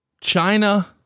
China